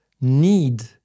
need